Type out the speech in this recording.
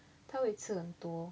他会吃很多